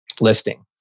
listing